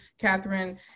Catherine